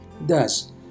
Thus